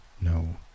No